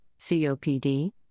COPD